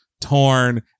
Torn